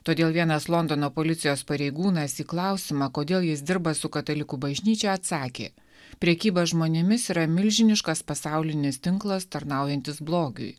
todėl vienas londono policijos pareigūnas į klausimą kodėl jis dirba su katalikų bažnyčia atsakė prekyba žmonėmis yra milžiniškas pasaulinis tinklas tarnaujantis blogiui